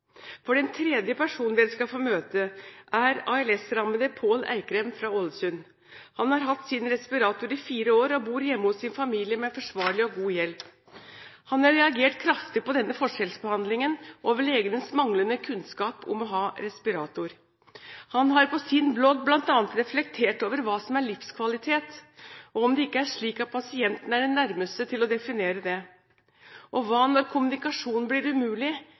helseforetak. Den tredje personen dere skal få møte, er ALS-rammede Pål Eikrem fra Ålesund. Han har hatt respirator i fire år og bor hjemme hos sin familie med forsvarlig og god hjelp. Han har reagert kraftig på denne forskjellsbehandlingen og på legenes manglende kunnskap om det å ha respirator. Han har på sin blogg bl.a. reflektert over hva som er livskvalitet, og om det ikke er slik at pasienten er den nærmeste til å definere det. Og hva når kommunikasjon blir umulig: